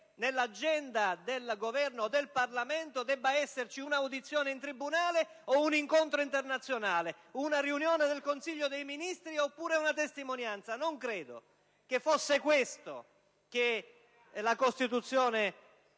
nell'agenda del Governo o del Parlamento debba esserci un'audizione in tribunale o un incontro internazionale, una riunione del Consiglio dei ministri oppure una testimonianza. Non credo che fosse questo ciò che i Costituenti